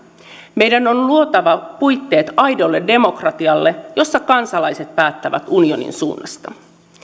meidän on luotava puitteet aidolle demokratialle jossa kansalaiset päättävät unionin suunnasta